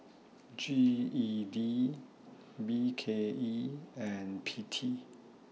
G E D B K E and P T